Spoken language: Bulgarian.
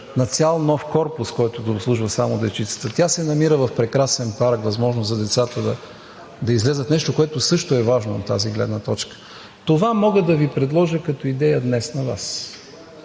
на цял нов корпус, който да обслужва само дечицата. Тя се намира в прекрасен парк, възможност за децата да излязат, нещо което също е важно от тази гледна точка. Това мога да Ви предложа като идея днес на Вас.